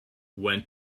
went